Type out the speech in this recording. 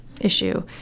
issue